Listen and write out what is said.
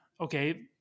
okay